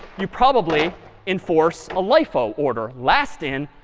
you probably enforce a lifo order, last in,